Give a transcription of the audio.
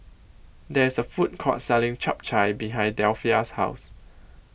There IS A Food Court Selling Chap Chai behind Delphia's House